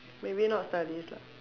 maybe not studies lah